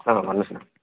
sir भन्नुहोस् न